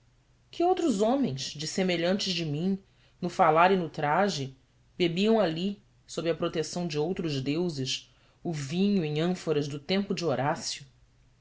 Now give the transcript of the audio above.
que outros homens dessemelhantes de mim no falar e no traje bebiam ali sobre a proteção de outros deuses o vinho em ânforas do tempo de horácio